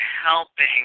helping